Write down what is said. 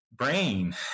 brain